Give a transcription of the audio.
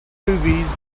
movies